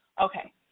Okay